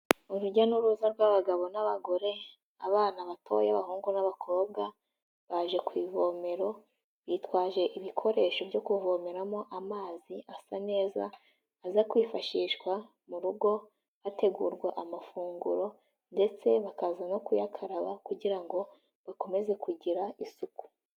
Urujya n'uruza rw'abagabo n'abagore, abana batoya, abahungu n'abakobwa, baje ku ivomero bitwaje ibikoresho byo kuvomeramo amazi asa neza, aza kwifashishwa mu rugo hategurwa amafunguro ndetse bakaza no kuyakaraba kugira ngo bakomeze kugira isuku.